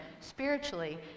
spiritually